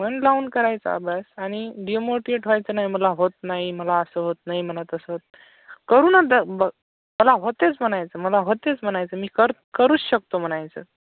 मन लावून करायचा अभ्यास आणि डिमोटिवेट व्हायचं नाही मला होत नाही मला असं होत नाही मला तसं होत करू न द ब मला होतेच म्हणायचं मला होतेच म्हणायचं मी कर करू शकतो म्हणायचं